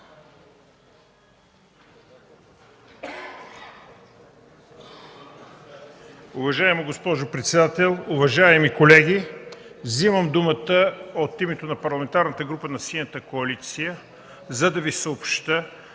Уважаема госпожо председател, уважаеми колеги! Вземам думата от името на Парламентарната група на Синята коалиция, за да Ви съобщя,